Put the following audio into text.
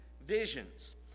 visions